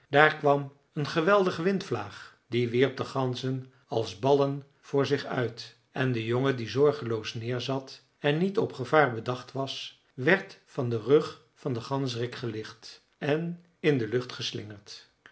daar kwam een geweldige windvlaag die wierp de ganzen als ballen voor zich uit en de jongen die zorgeloos neerzat en niet op gevaar bedacht was werd van den rug van den ganzerik gelicht en in de lucht geslingerd